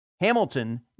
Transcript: Hamilton